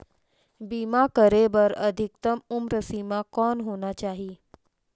बीमा करे बर अधिकतम उम्र सीमा कौन होना चाही?